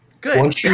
Good